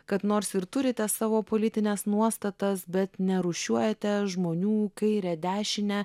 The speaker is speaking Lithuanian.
kad nors ir turite savo politines nuostatas bet nerūšiuojate žmonių kairę dešinę